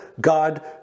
God